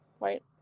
right